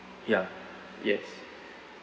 ya yes